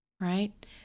right